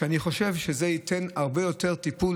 ואני חושב שזה ייתן הרבה יותר טיפול